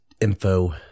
info